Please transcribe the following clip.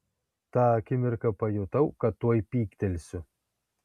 tą akimirką pajutau kad tuoj pyktelsiu